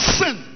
sin